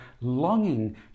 longing